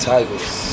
Tigers